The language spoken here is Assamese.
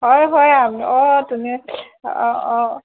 হয় হয় আ অঁ তুমি অঁ অঁ